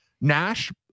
Nash